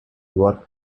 work